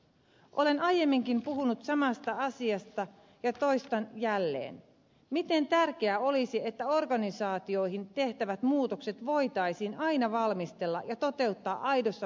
olen aiemminkin puhunut samasta asiasta ja toistan jälleen miten tärkeää olisi että organisaatioihin tehtävät muutokset voitaisiin aina valmistella ja toteuttaa aidossa vuoropuhelussa henkilöstön kanssa